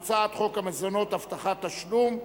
גם הצעת חוק המזונות (הבטחת תשלום)